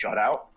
shutout